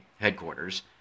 headquarters